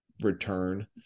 return